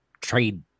trade